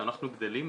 כשאנחנו גדלים,